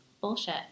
bullshit